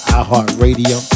iHeartRadio